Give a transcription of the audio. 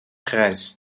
grijs